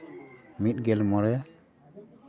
ᱢᱤᱫᱜᱮᱞ ᱢᱚᱬᱮ